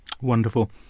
Wonderful